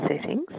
settings